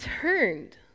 turned